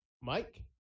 Mike